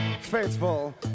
faithful